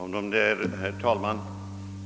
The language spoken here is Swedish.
Herr talman!